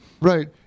Right